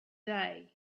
day